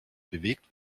bewegt